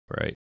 Right